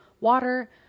water